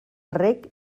rec